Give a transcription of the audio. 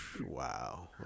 Wow